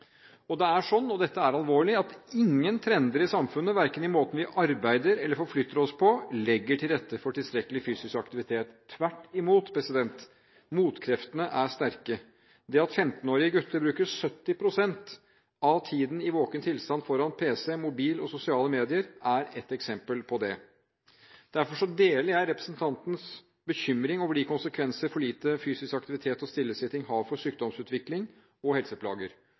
Og det er sånn – og dette er alvorlig – at ingen trender i samfunnet, verken i måten vi arbeider eller forflytter oss på, legger til rette for tilstrekkelig fysisk aktivitet. Tvert imot, motkreftene er sterke. Det at 15-årige gutter bruker 70 pst. av tiden i våken tilstand foran pc, på mobil og sosiale medier, er ett eksempel på det. Derfor deler jeg representantens bekymring over de konsekvenser for lite fysisk aktivitet og stillesitting har for sykdomsutvikling og helseplager.